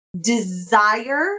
desire